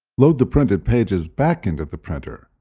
load the printed pages back into the printer.